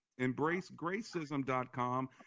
embracegracism.com